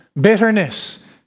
bitterness